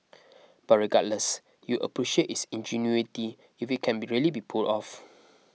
but regardless you appreciate its ingenuity if it can really be pulled off